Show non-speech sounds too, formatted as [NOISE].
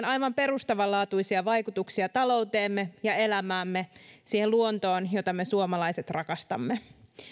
[UNINTELLIGIBLE] aivan perustavanlaatuisia vaikutuksia talouteemme ja elämäämme siihen luontoon jota me suomalaiset rakastamme